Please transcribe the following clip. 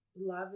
love